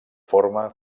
forma